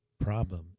problem